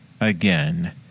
again